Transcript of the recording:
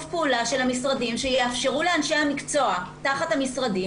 פעולה של המשרדים שיאפשרו לאנשי המקצוע תחת המשרדים,